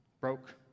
broke